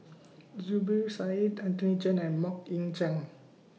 Zubir Said Anthony Chen and Mok Ying Jang